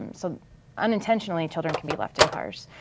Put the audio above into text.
um so unintentionally children can be left in cars.